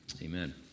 Amen